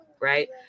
right